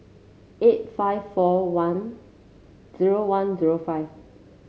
eight five four one zero one zero five